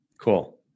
Cool